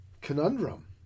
conundrum